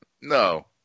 No